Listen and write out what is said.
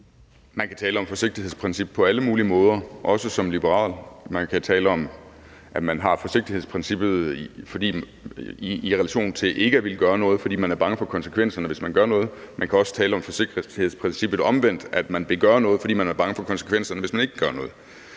Man kan tale om forsigtighedsprincipper på alle mulige måder, også som liberal. Man kan tale om, at man har et forsigtighedsprincip i relation til ikke at ville gøre noget, fordi man er bange for konsekvenserne, hvis man gør noget. Man kan omvendt også tale om at have et forsigtighedsprincip i relation til, at man vil gøre noget, fordi man er bange for konsekvenserne, hvis man ikke gør noget.